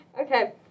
Okay